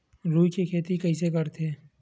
रुई के खेती कइसे करथे?